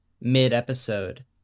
mid-episode